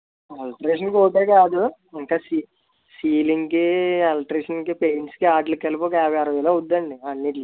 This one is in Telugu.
ఎలక్ట్రిషన్కి ఒక్కటే కాదు ఇంకా సిల్ సీలింగ్కి ఎలక్ట్రిషకిన్కి పెయింట్స్కి వాటికి కలిపి ఒక యాభై అరవై వేలు అవ్వుద్దండి అన్నిటికి